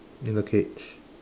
in the cage